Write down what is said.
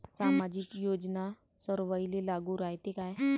सामाजिक योजना सर्वाईले लागू रायते काय?